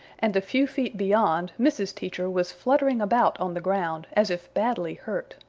and a few feet beyond mrs. teacher was fluttering about on the ground as if badly hurt.